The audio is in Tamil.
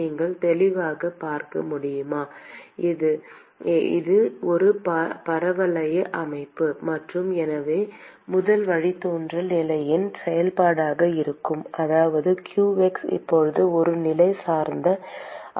நீங்கள் தெளிவாக பார்க்க முடியும் என இது ஒரு பரவளைய அமைப்பு மற்றும் எனவே முதல் வழித்தோன்றல் நிலையின் செயல்பாடாக இருக்கும் அதாவது qx இப்போது ஒரு நிலை சார்ந்த அளவு ஆகும்